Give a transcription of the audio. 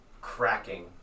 cracking